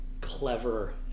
clever